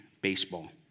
Baseball